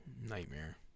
Nightmare